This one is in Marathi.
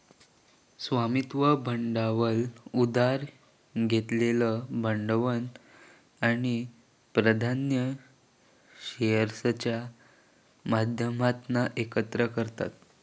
स्वामित्व भांडवल उधार घेतलेलं भांडवल आणि प्राधान्य शेअर्सच्या माध्यमातना एकत्र करतत